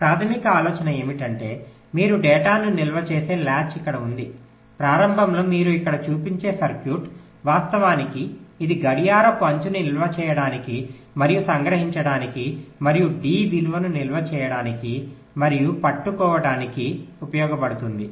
ప్రాథమిక ఆలోచన ఏమిటంటే మీరు డేటాను నిల్వచేసే లాచ్ ఇక్కడ ఉంది ప్రారంభంలో మీరు ఇక్కడ చూపించే సర్క్యూట్ వాస్తవానికి ఇది గడియారపు అంచుని నిల్వ చేయడానికి మరియు సంగ్రహించడానికి మరియు డి విలువను నిల్వ చేయడానికి మరియు పట్టుకోవటానికి ఉపయోగించబడుతుంది